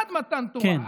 עד מתן תורה,